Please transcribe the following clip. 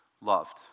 loved